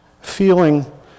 feeling